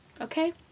Okay